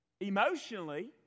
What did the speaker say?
emotionally